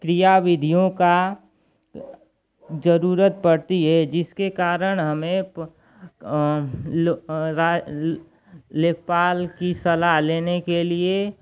क्रिया विधियों की ज़रूरत पड़ती है जिसके कारण हमें राय लेखपाल की सलाह लेने के लिए